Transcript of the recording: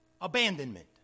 abandonment